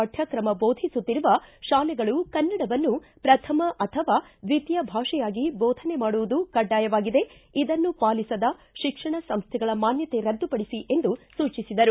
ಪಠ್ಕಕಮ ಬೋಧಿಸುತ್ತಿರುವ ಶಾಲೆಗಳು ಕನ್ನಡವನ್ನು ಪ್ರಥಮ ಅಥವಾ ದ್ವಿತೀಯ ಭಾಷೆಯಾಗಿ ಬೋಧನೆ ಮಾಡುವುದು ಕಡ್ಡಾಯವಾಗಿದೆ ಇದನ್ನು ಪಾಲಿಸದ ಶಿಕ್ಷಣ ಸಂಸ್ಥೆಗಳ ಮಾನ್ನತೆ ರದ್ದುಪಡಿಸಿ ಎಂದು ಸೂಚಿಸಿದರು